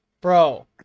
Bro